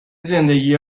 زندگی